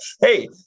Hey